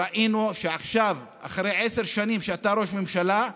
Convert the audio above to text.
ראינו שעכשיו, אחרי עשר שנים שאתה ראש ממשלה,